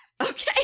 Okay